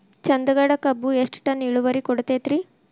ಚಂದಗಡ ಕಬ್ಬು ಎಷ್ಟ ಟನ್ ಇಳುವರಿ ಕೊಡತೇತ್ರಿ?